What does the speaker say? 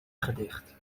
gedicht